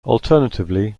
alternatively